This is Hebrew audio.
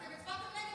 אתם הצבעתם נגד,